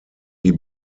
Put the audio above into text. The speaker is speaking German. die